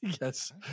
Yes